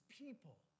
people